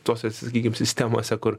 tuose sakykim sistemose kur